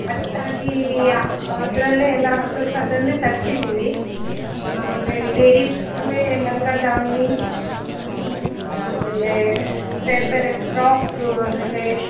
ಅದಕ್ಕಾಗಿ ಯಾ ಅದರಲ್ಲೇ ಎಲ್ಲ ಹೊಸ ಹೊಸದನ್ನೆ ತರ್ಸಿದ್ದೀವಿ ಅಂದರೆ ಲೇಡಿಸ್ಗುವೆ ಲಂಗ ದಾವಣಿ ಹ್ಞೂ ಆಮೇಲೆ ಬೇರೆ ಬೇರೆ ಫ್ರಾಕ್ ಆಮೇಲೆ